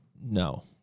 no